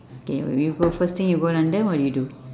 okay when you go first thing you go london what would you do